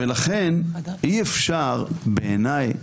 לכן אי אפשר בעיניי